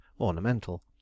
ornamental